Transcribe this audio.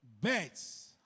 Birds